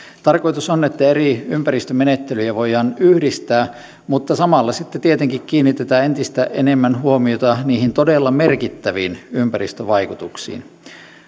tarkoitus on että eri ympäristömenettelyjä voidaan yhdistää mutta samalla sitten tietenkin kiinnitetään entistä enemmän huomiota niihin todella merkittäviin ympäristövaikutuksiin